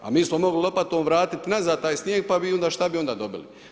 A mi smo mogli lopatom vratit nazad taj snijeg pa bi onda, šta bi onda dobili?